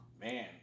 Man